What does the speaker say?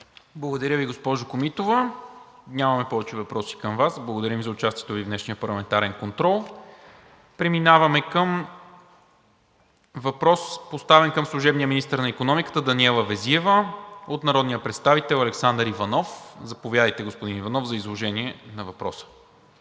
Благодаря Ви, госпожо Комитова. Нямаме повече въпроси към Вас. Благодарим Ви за участието в днешния парламентарен контрол. Преминаваме към въпрос, поставен към служебния министър на икономиката Даниела Везиева от народния представител Александър Иванов. Заповядайте, господин Иванов, за изложение на въпроса.